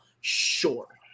sure